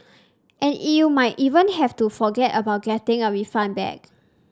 and you might even have to forget about getting a refund back